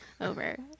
over